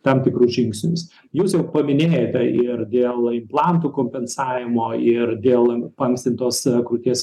tam tikrus žingsnius jūs jau paminėjote ir dėl implantų kompensavimo ir dėl paankstintos krūties